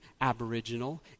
aboriginal